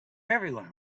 everyone